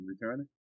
returning